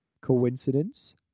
coincidence